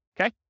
Okay